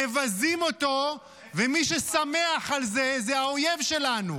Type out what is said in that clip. מבזים אותו -- מכונת רעל של אדם אחד.